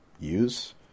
use